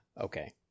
okay